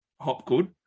Hopgood